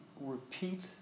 repeat